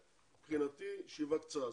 מבחינתי זו ישיבה קצרה.